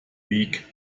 wyk